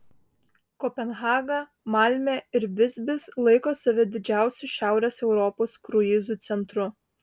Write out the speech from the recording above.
kopenhaga malmė ir visbis laiko save didžiausiu šiaurės europos kruizų centru